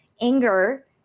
anger